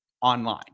online